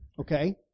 okay